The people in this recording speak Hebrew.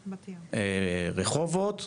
רחובות,